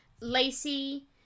Lacey